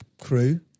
crew